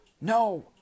No